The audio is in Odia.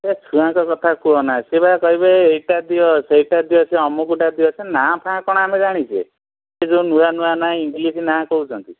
ଏ ଛୁଆଙ୍କ କଥା କୁହନା ସିଏ ବା କହିବେ ଏଇଟା ଦିଅ ସେଇଟା ଦିଅ ସେ ଅମକୁଟା ଦିଅ ସେ ନାଁ ଫାଁ କ'ଣ ଆମେ ଜାଣିଛେ ସିଏ ଯେଉଁ ନୂଆ ନୂଆ ନାହିଁ ଇଂଲିଶ ନାଁ କହୁଛନ୍ତି